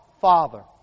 Father